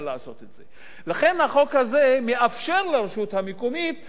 לכן החוק הזה מאפשר לרשות המקומית לעשות את הדבר הזה.